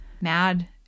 mad